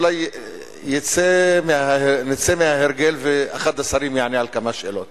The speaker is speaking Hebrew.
אולי נצא מההרגל ואחד השרים יענה על כמה שאלות